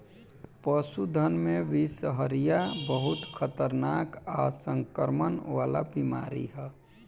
पशुधन में बिषहरिया बहुत खतरनाक आ संक्रमण वाला बीमारी ह